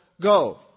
go